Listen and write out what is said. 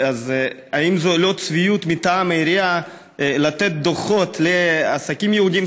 האם זו לא צביעות מטעם העירייה לתת דוחות לעסקים יהודיים